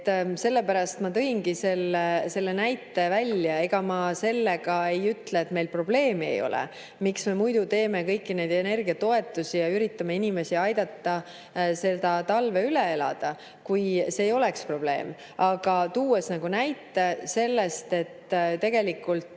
Sellepärast ma tõingi selle näite. Ega ma sellega ei ütle, et meil probleeme ei ole. Miks me muidu teeme kõiki neid energiatoetusi ja üritame inimestel aidata selle talve üle elada, kui see ei oleks probleem. Aga näite selle kohta, et tegelikult